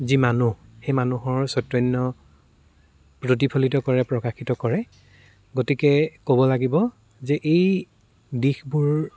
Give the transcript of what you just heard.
যি মানুহ সেই মানুহৰ চৈতন্য প্ৰতিফলিত কৰে প্ৰকাশিত কৰে গতিকে ক'ব লাগিব যে এই দিশবোৰ